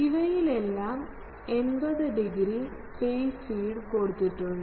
ഇവയിലെല്ലാം 80 degree phase feed കൊടുത്തിട്ടുണ്ട്